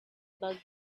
about